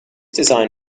design